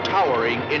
Towering